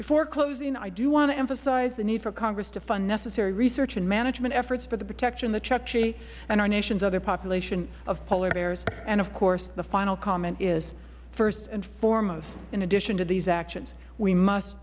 before closing i do want to emphasize the need for congress to fund necessary research and management efforts for the protection of the chukchi and our nation's other population of polar bears and of course the final comment is first and foremost in addition to these actions we must